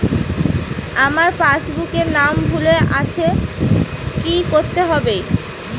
আমার পাসবুকে নাম ভুল আছে কি করতে হবে?